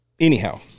anyhow